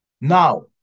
Now